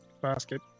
basket